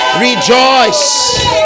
Rejoice